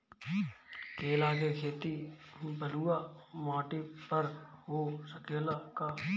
केला के खेती बलुआ माटी पर हो सकेला का?